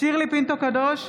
שירלי פינטו קדוש,